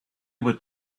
were